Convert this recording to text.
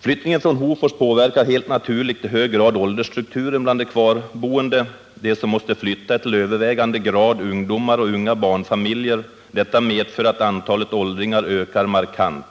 Flyttningen från Hofors påverkar helt naturligt i hög grad åldersstrukturen Tisdagen den bland de kvarboende. De som måste flytta är till övervägande del ungdomar 27 mars 1979 och unga barnfamiljer. Detta medför att antalet åldringar ökar markant.